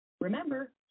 Remember